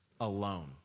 alone